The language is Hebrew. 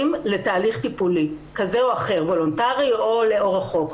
לתהליך טיפולי, וולונטארי או על פי חוק,